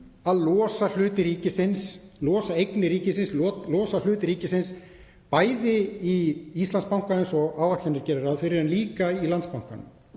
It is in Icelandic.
að losa hluti ríkisins, losa eignir ríkisins; losa hlut ríkisins, bæði í Íslandsbanka eins og áætlunin gerir ráð fyrir, en líka í Landsbanka